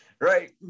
Right